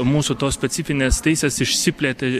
mūsų tos specifinės teisės išsiplėtė